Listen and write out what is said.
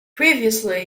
previously